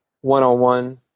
One-on-one